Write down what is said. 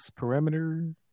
parameter